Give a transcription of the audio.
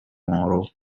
moro